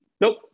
Nope